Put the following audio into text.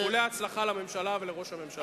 איחולי הצלחה לממשלה ולראש הממשלה.